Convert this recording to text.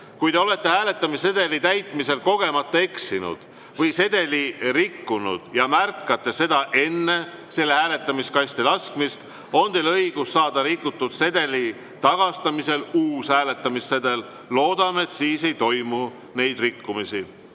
Kui te olete hääletamissedeli täitmisel kogemata eksinud või sedeli rikkunud ja märkate seda enne selle hääletamiskasti laskmist, on teil õigus saada rikutud sedeli tagastamisel uus hääletamissedel. Loodame, et neid rikkumisi